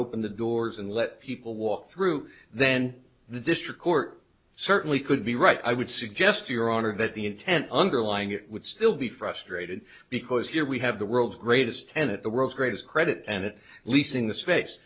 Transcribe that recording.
open the doors and let people walk through then the district court certainly could be right i would suggest to your honor that the intent underlying it would still be frustrated because here we have the world's greatest tenet the world's greatest credit and it leasing th